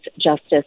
justice